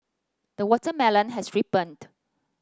the watermelon has ripened